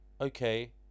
okay